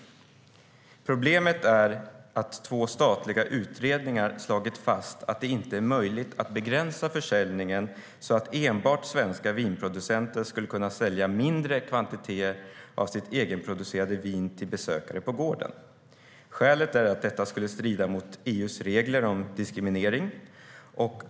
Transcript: Problemet är att två statliga utredningar slagit fast att det inte är möjligt att begränsa försäljningen så att enbart svenska vinproducenter skulle kunna sälja mindre kvantiteter av sitt egenproducerade vin till besökare på gården. Skälet är att detta skulle strida mot EU:s regler om diskriminering.